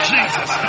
Jesus